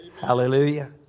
Hallelujah